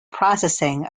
processing